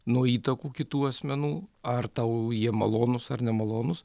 nuo įtakų kitų asmenų ar tau jie malonūs ar nemalonūs